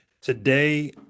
today